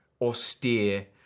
austere